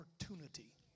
opportunity